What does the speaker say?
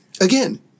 again